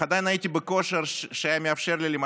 אך עדיין הייתי בכושר שהיה מאפשר לי,